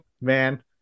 man